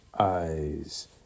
eyes